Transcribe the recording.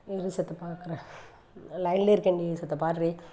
இரு செத்த பார்க்கறேன் லைனிலே இருக்கேன்டி செத்த பார்ரி